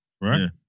right